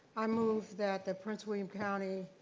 i move that the prince william county